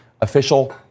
official